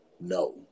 no